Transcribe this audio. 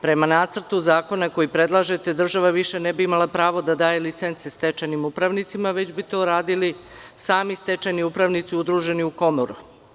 Prema nacrtu zakona koji predlažete država više ne bi imala pravo da daje licence stečajnim upravnicima već bi to radili sami stečajni upravnici udruženi u Komoru.